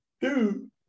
Dude